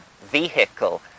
vehicle